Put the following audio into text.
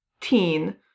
teen